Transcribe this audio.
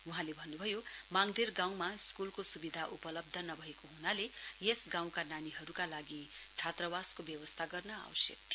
वहाँले भन्नुभयो मांगधेर गाँउमा स्कूलको सुविधा उपलब्ध नभएको हुनाले गाँउका नानीहरुका लागि छात्रवासको व्यवस्था गर्न आवश्यक थियो